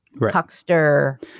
huckster